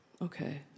Okay